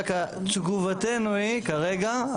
רק תגובתנו היא כרגע,